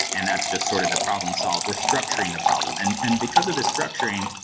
and that's just sort of the problem solved. we're structuring the problem. and and because of this structuring,